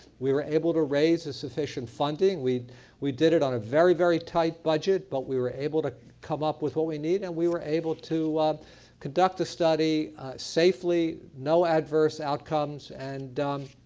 we were able to raise a sufficient funding, we we did it on a very, very tight budget but we were able to come up with what we need. and we were able to conduct a study safely, no adverse outcomes, and